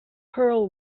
pearl